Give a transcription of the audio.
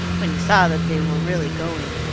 when he saw that they were really going.